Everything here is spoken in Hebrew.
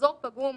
כמחזור פגום?